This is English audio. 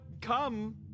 come